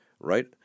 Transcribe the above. right